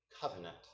covenant